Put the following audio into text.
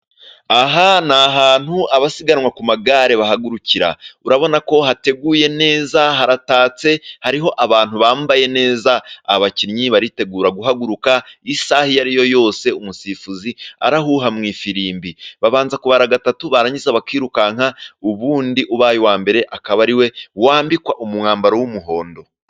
Aha ni ahantu abasiganwa ku magare bahagurukira. Urabona ko hateguye neza. Haratatse, hariho abantu bambaye neza. Abakinnyi baritegura guhaguruka isaha iyo ari yo yose umusifuzi arahuha mu ifirimbi. Babanza kubara gatatu, barangiza bakirukanka, ubundi ubaye uwa mbere akaba ariwe wambikwa umwambaro w'umuhondo.